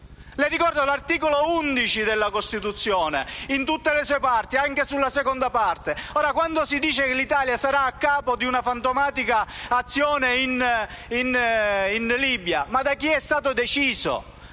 Le ricordo l'articolo 11 della Costituzione in tutte le sue parti, anche la seconda. Quando si dice che l'Italia sarà a capo di una fantomatica azione in Libia, ma da chi è stato deciso?